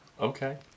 Okay